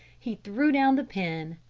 he threw down the pen,